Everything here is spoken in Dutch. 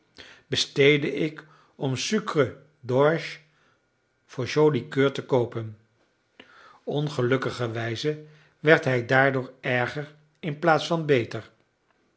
besteedde ik om sucre d'orge voor joli coeur te koopen ongelukkigerwijze werd hij daardoor erger inplaats van beter